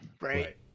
right